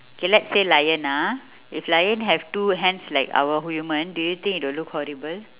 okay let's say lion ah if lion have two hands like our human do you think it will look horrible